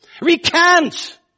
Recant